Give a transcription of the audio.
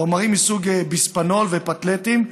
חומרים מסוג ביספינול ופתלטים.